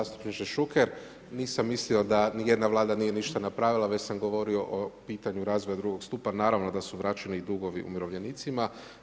Zastupniče Šuker, nisam mislio da nijedna vlada nije ništa napravila, već sam govorio o pitanju razvoju II. stupa, naravno da su vraćeni dugovi umirovljenicima.